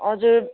हजुर